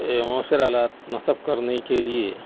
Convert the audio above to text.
مؤثر آلات نصب کرنے کے لیے